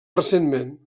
recentment